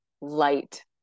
light